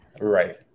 right